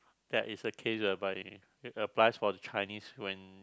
that is a case whereby applies for the Chinese when